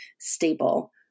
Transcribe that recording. stable